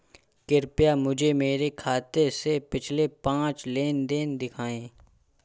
कृपया मुझे मेरे खाते से पिछले पांच लेन देन दिखाएं